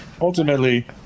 ultimately